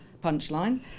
punchline